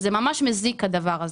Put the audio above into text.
זה ממש מזיק הדבר הזה,